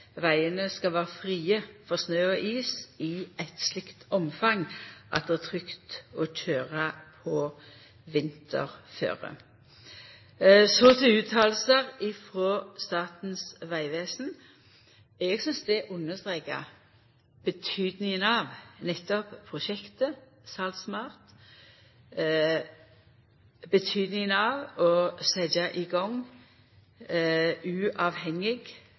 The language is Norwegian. Vegane skal vera frie for snø og is i et slikt omfang at det er trygt å køyra på vinterføre. Så til utsegner frå Statens vegvesen. Eg synest det understrekar betydninga av nettopp dette prosjektet Salt SMART og det å setja i gang uavhengig